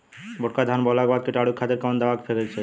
मोटका धान बोवला के बाद कीटाणु के खातिर कवन दावा फेके के चाही?